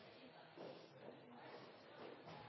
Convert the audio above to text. sine